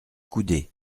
coudées